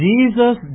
Jesus